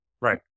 right